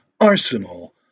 Arsenal